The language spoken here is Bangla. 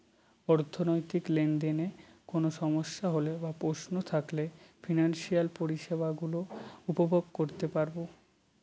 অর্থনৈতিক লেনদেনে কোন সমস্যা হলে বা প্রশ্ন থাকলে ফিনান্সিয়াল পরিষেবা গুলো উপভোগ করতে পারবো